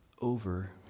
over